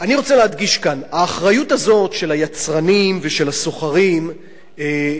אני רוצה להדגיש כאן: האחריות הזאת של היצרנים ושל הסוחרים למוצרים